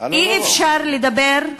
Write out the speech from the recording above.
אי-אפשר לדבר,